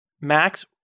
Max